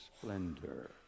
splendor